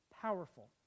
powerful